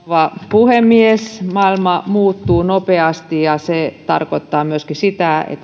puhemies maailma muuttuu nopeasti ja se tarkoittaa myöskin sitä se